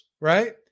right